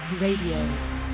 Radio